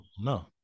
no